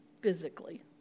physically